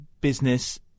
business